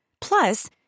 Plus